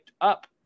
up